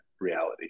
reality